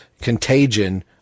Contagion